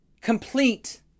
complete